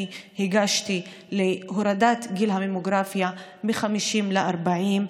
הגשתי להורדת גיל הממוגרפיה מ-50 ל-40.